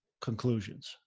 conclusions